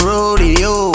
Rodeo